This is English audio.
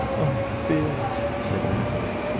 oh, bills! said natalie,